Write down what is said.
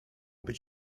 być